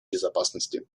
безопасности